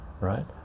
Right